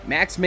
Max